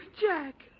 Jack